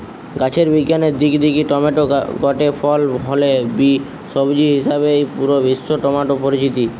গাছের বিজ্ঞানের দিক দিকি টমেটো গটে ফল হলে বি, সবজি হিসাবেই পুরা বিশ্বে টমেটো পরিচিত